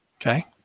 Okay